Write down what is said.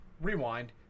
rewind